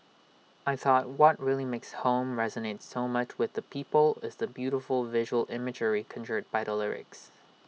I thought what really makes home resonate so much with the people is the beautiful visual imagery conjured by the lyrics